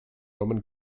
roman